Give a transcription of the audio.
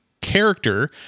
character